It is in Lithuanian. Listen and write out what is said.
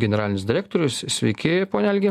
generalinis direktorius sveiki pone algi